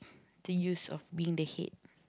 the use of being the head